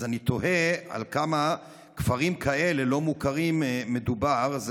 אז אני תוהה על כמה כפרים כאלה לא מוכרים מדובר.